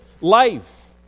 life